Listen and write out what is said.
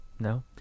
No